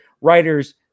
writers